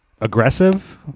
aggressive